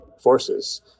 forces